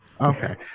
Okay